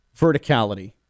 verticality